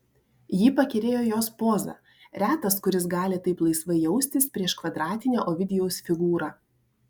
jį pakerėjo jos poza retas kuris gali taip laisvai jaustis prieš kvadratinę ovidijaus figūrą